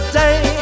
day